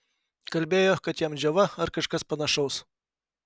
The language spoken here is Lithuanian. kalbėjo kad jam džiova ar kažkas panašaus